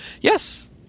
Yes